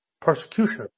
persecution